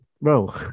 Bro